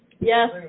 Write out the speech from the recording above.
Yes